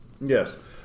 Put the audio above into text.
Yes